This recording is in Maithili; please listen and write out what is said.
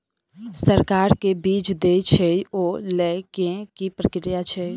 सरकार जे बीज देय छै ओ लय केँ की प्रक्रिया छै?